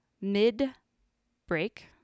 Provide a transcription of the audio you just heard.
mid-break